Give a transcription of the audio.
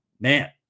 Man